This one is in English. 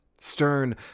stern